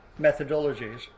methodologies